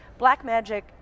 Blackmagic